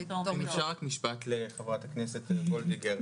רק משפט לחברת הכנסת וולדיגר.